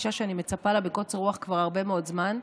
פגישה שאני מצפה לה בקוצר רוח כבר הרבה מאוד זמן.